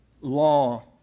law